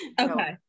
Okay